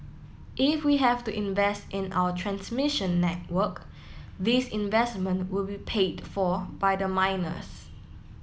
if we have to invest in our transmission network these investment will be paid for by the miners